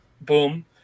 boom